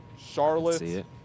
Charlotte